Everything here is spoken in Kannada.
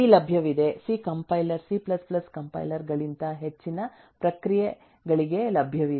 ಸಿ ಲಭ್ಯವಿದೆ C compiler C compiler C compiler ಗಳಿಗಿಂತ ಹೆಚ್ಚಿನ ಪ್ರಕ್ರಿಯೆಗಳಿಗೆ ಲಭ್ಯವಿದೆ